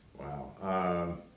Wow